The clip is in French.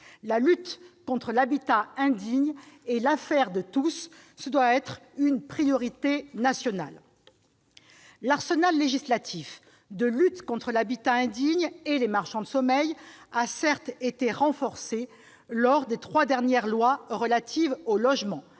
La lutte contre l'habitat indigne est l'affaire de tous. Ce doit être une priorité nationale. L'arsenal législatif de lutte contre l'habitat indigne et les marchands de sommeil a, certes, été renforcé à l'occasion des trois dernières lois relatives au logement